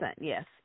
yes